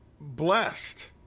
blessed